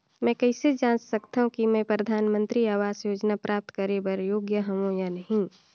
मैं कइसे जांच सकथव कि मैं परधानमंतरी आवास योजना प्राप्त करे बर योग्य हववं या नहीं?